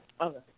Okay